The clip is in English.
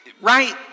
Right